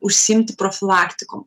užsiimti profilaktikom